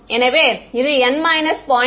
எனவே இது n 0